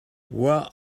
where